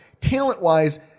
Talent-wise